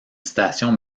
station